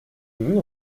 mis